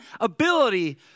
ability